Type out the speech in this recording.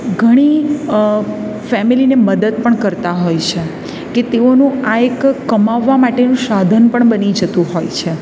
ઘણી ફેમેલીને મદદ પણ કરતાં હોય છે કે તેઓનો આ એક કમાવવા માટેનું સાધન પણ બની જતું હોય છે